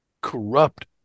corrupt